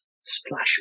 splash